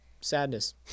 sadness